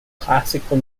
classical